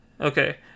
Okay